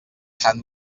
sant